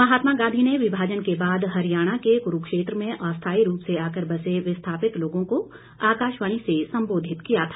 महात्मा गांधी ने विभाजन के बाद हरियाणा के क्रूक्षेत्र में अस्थाई रूप से आकर बसे विस्थापित लोगों को आकाशवाणी से संबोधित किया था